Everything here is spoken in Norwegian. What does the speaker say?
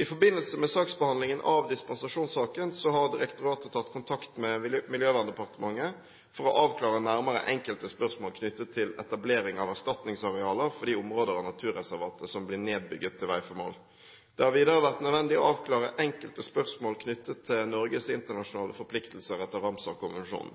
I forbindelse med saksbehandlingen av dispensasjonssaken har direktoratet tatt kontakt med Miljøverndepartementet for å avklare nærmere enkelte spørsmål knyttet til etablering av erstatningsarealer for de områder av naturreservatet som blir nedbygget til veiformål. Det har videre vært nødvendig å avklare enkelte spørsmål knyttet til Norges internasjonale